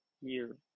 year